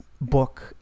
book